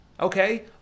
Okay